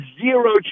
zero